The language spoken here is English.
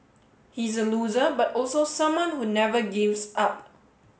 he's a loser but also someone who never gives up